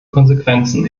konsequenzen